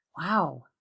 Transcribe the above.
Wow